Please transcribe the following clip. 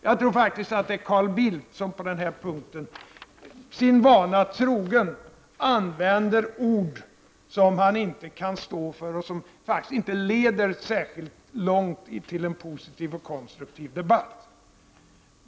Jag tror faktiskt att det är Carl Bildt som på den här punkten, sin vana trogen, använder ord som han inte kan stå för och som inte leder särskilt långt i riktning mot en positiv och konstruktiv debatt.